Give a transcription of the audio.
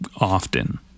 often